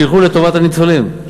שילכו לטובת הניצולים.